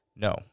No